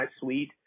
suite